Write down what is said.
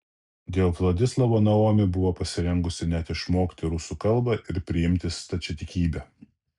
dėl vladislavo naomi buvo pasirengusi net išmokti rusų kalbą ir priimti stačiatikybę